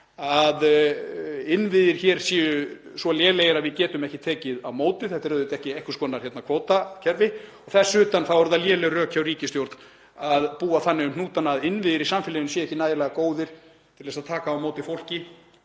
að innviðir hér séu svo lélegir að við getum ekki tekið á móti fólkinu. Þetta er auðvitað ekki einhvers konar kvótakerfi og þess utan eru það léleg rök hjá ríkisstjórn að búa þannig um hnútana að innviðir í samfélaginu séu ekki nægilega góðir til að taka á móti fólki.